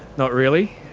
not really.